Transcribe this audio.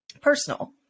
personal